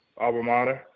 Albemarle